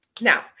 Now